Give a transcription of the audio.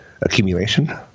accumulation